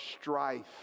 strife